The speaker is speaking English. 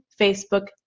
Facebook